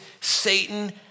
Satan